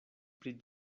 pri